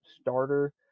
starter